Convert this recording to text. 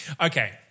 Okay